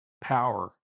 power